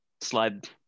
slide